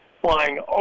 flying